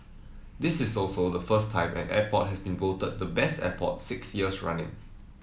this is also the first time an airport has been voted the Best Airport six years running